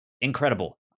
incredible